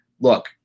look